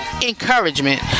encouragement